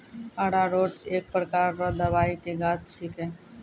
अरारोट एक प्रकार रो दवाइ के गाछ छिके